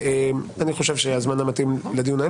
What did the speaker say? אני חושב שזה הזמן המתאים לדיון.